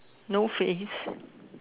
no face